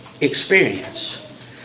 experience